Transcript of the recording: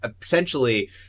essentially